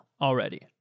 already